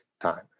time